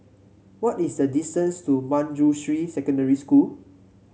what is the distance to Manjusri Secondary School